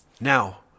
Now